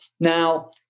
Now